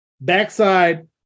backside